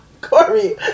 Corey